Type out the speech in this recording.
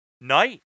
night